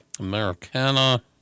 Americana